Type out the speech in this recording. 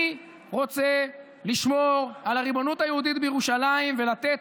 אני רוצה לשמור על הריבונות היהודית בירושלים ולתת,